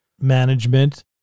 management